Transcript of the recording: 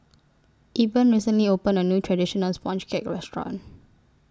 Eben recently opened A New Traditional Sponge Cake Restaurant